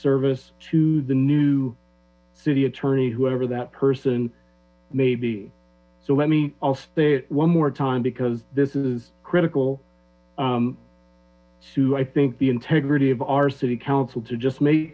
service to the new city attorney whoever that person may be so let me i'll state one more time because this is critical two i think the integrity of our city council to just ma